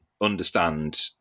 understand